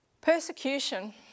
Persecution